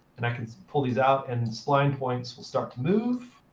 and i can pull these out, and spline points will start to move.